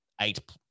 eight